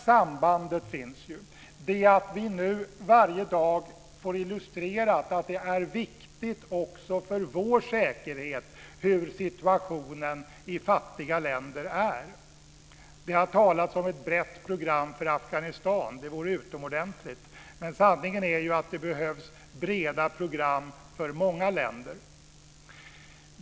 Sambandet finns i att vi varje dag får illustrerat för oss att det är viktigt också för vår säkerhet hur situationen i fattiga länder är. Det har talats om ett brett program för Afghanistan. Det vore utomordentligt. Men sanningen är att det behövs breda program för många länder.